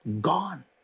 gone